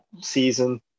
season